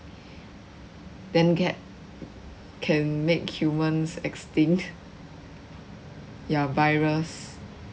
then get can make humans extinct ya virus